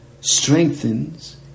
strengthens